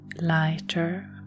lighter